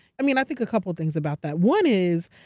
i mean, i think a couple things about that. one is,